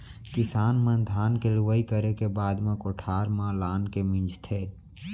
किसान मन धान के लुवई करे के बाद म कोठार म लानके मिंजथे